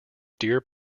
deer